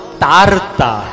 tarta